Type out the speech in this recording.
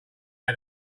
mad